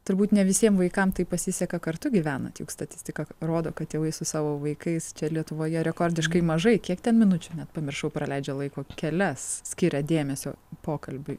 turbūt ne visiem vaikam taip pasiseka kartu gyvenat juk statistika rodo kad tėvai su savo vaikais čia lietuvoje rekordiškai mažai kiek ten minučių net pamiršau praleidžia laiko kelias skiria dėmesio pokalbiui